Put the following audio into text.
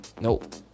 Nope